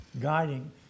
guiding